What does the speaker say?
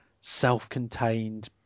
self-contained